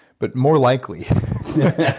but more likely,